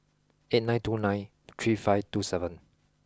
eight nine two nine three five two seven